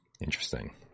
Interesting